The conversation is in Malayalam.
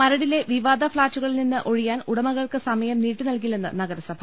മരടിലെ വിവാദ് ഫ്ളാറ്റുകളിൽനിന്ന് ഒഴിയാൻ ഉടമ കൾക്ക് സമയം നീട്ടിനൽകില്ലെന്ന് നഗരസഭ